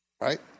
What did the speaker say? right